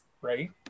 Right